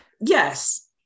Yes